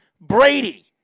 Brady